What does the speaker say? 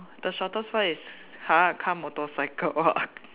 the shortest one is !huh! car motorcycle ah